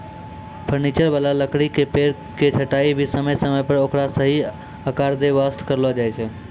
furniture वाला लकड़ी के पेड़ के छंटाई भी समय समय पर ओकरा सही आकार दै वास्तॅ करलो जाय छै